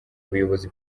ubuyobozi